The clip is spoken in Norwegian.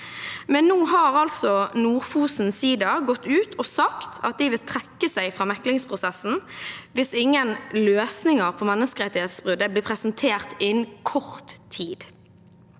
men nå har altså Nord-Fosen sida gått ut og sagt de vil trekke seg fra meklingsprosessen hvis ingen løsninger på menneskerettighetsbruddet blir presentert innen kort tid.